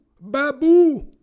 Babu